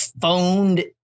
phoned